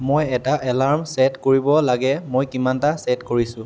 মই এটা alarm set কৰিব লাগে মই কিমানটা চে'ট কৰিছোঁ